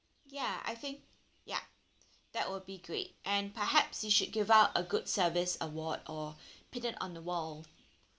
ya I think ya that will be great and perhaps you should give out a good service award or pin it on the wall